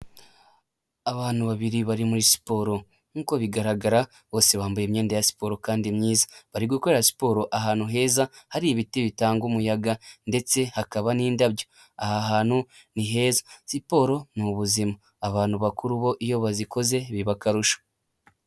Abantu babiri bari muri siporo, nk'uko bigaragara bose bambaye imyenda ya siporo kandi myiza bari gukora siporo ahantu heza hari ibiti bitanga umuyaga ndetse hakaba n'indabyo, aha hantu ni heza siporo ni ubuzima abantu bakuru bo iyo bazikoze biba akarusho.